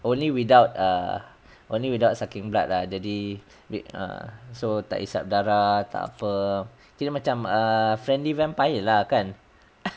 only without err only without sucking blood lah jadi err so tak hisap darah ah tak apa kira macam err friendly vampire lah kan